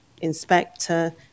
inspector